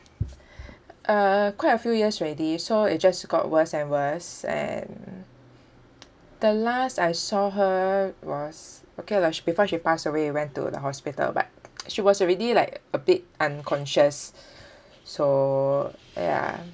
uh quite a few years already so it just got worse and worse and the last I saw her was okay lah she before she passed we went to the hospital but she was already like a bit unconscious so ya